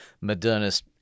modernist